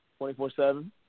24-7